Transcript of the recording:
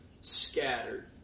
scattered